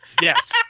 Yes